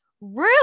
Rude